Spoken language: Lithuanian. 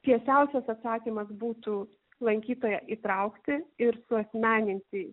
tiesiausias atsakymas būtų lankytoją įtraukti ir suasmeninti